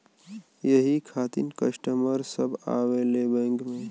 यही खातिन कस्टमर सब आवा ले बैंक मे?